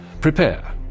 prepare